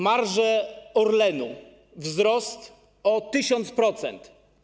Marże Orlenu - wzrost o 1000%.